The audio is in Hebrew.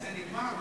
זה נגמר.